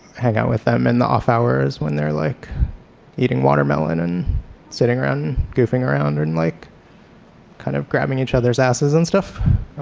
hang out with them in the off hours when they're like eating watermelon and sitting around, goofing around and like kind of grabbing each other's asses and stuff,